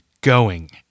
going